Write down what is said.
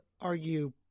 argue